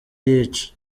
yica